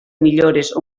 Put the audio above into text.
millores